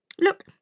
Look